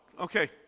Okay